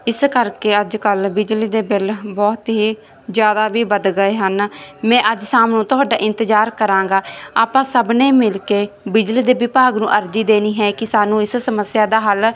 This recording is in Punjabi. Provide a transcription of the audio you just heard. ਇਸ ਕਰਕੇ ਅੱਜ ਕੱਲ ਬਿਜਲੀ ਦੇ ਬਿੱਲ ਬਹੁਤ ਹੀ ਜਿਆਦਾ ਵੀ ਵੱਧ ਗਏ ਹਨ ਮੈਂ ਅੱਜ ਸ਼ਾਮ ਨੂੰ ਤੁਹਾਡਾ ਇੰਤਜ਼ਾਰ ਕਰਾਂਗਾ ਆਪਾਂ ਸਭ ਨੇ ਮਿਲ ਕੇ ਬਿਜਲੀ ਦੇ ਵਿਭਾਗ ਨੂੰ ਅਰਜੀ ਦੇਨੀ ਹੈ ਕੀ ਸਾਨੂੰ ਇਸ ਸਮੱਸਿਆ ਦਾ ਹੱਲ